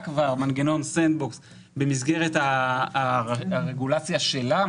כבר מנגנון Sand box במסגרת הרגולציה שלה.